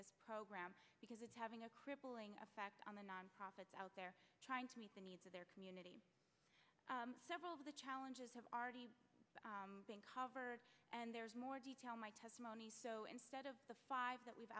this program because it's having a crippling effect on the nonprofits out there trying to meet the needs of their community the challenges have already been covered and there's more detail in my testimony so instead of the five that we've